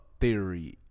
theory